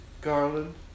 Garland